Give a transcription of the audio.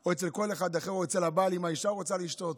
או אצל הבעל, אם האישה רוצה לשתות,